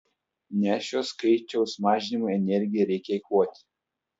ne šio skaičiaus mažinimui energiją reikia eikvoti